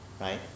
right